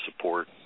support